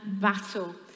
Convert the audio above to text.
battle